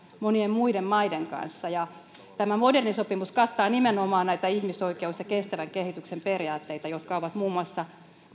monien muiden maiden kanssa tämä moderni sopimus kattaa nimenomaan näitä ihmisoikeus ja kestävän kehityksen periaatteita jotka ovat muun muassa